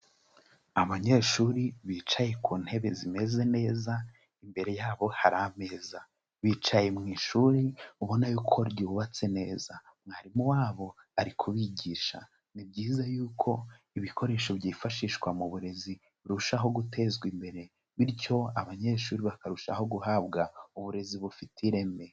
Abanyeshuri bicaye ku ntebe zimeze neza, imbere yabo hari ameza, bicaye mu ishuri ubona ko ryubatse neza, mwarimu wabo ari kubigisha, ni byiza yuko ibikoresho byifashishwa mu burezi birushaho gutezwa imbere, bityo abanyeshuri bakarushaho guhabwa uburezi bufite ireme.